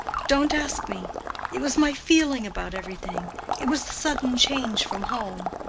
don't ask me it was my feeling about everything it was the sudden change from home.